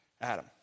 Adam